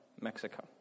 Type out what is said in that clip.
Mexico